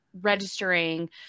registering